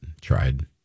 tried